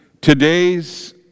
Today's